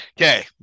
okay